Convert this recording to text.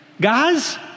Guys